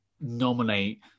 nominate